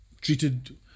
treated